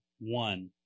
one